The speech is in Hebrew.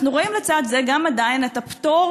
אנחנו רואים לצד זה גם עדיין את הפטור